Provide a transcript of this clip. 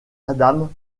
adam